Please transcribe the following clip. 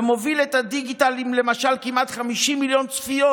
ומוביל את הדיגיטל למשל עם כמעט 50 מיליון צפיות,